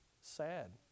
sad